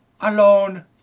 Alone